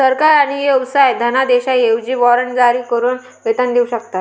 सरकार आणि व्यवसाय धनादेशांऐवजी वॉरंट जारी करून वेतन देऊ शकतात